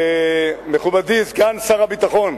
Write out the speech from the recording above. מכובדי סגן שר הביטחון,